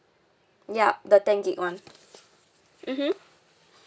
yup the ten gig [one] mmhmm